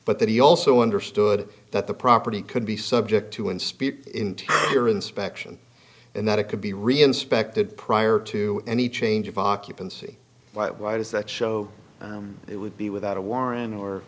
but that he also understood that the property could be subject to an spit in your inspection and that it could be reinspected prior to any change of occupancy why does that show it would be without a warrant or